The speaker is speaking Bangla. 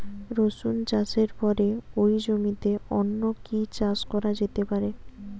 রসুন চাষের পরে ওই জমিতে অন্য কি চাষ করা যেতে পারে?